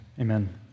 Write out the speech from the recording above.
amen